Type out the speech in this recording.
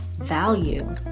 value